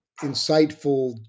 insightful